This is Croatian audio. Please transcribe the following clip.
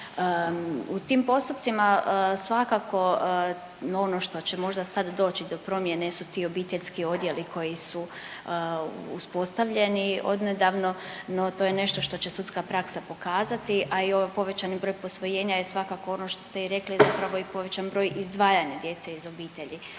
U tim postupcima svakako ono što će možda sad doći do promjene su ti obiteljski odjeli koji su uspostavljeni odnedavno, no to je nešto što će sudska praksa pokazati, a i ovaj povećani broj posvojenja je svakako ono što i rekli zapravo i povećan broj izdvajanja djece iz obitelji.